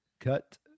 Cut